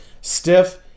stiff